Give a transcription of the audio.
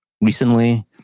recently